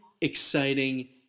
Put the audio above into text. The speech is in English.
exciting